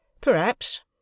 Perhaps